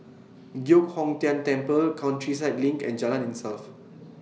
Giok Hong Tian Temple Countryside LINK and Jalan Insaf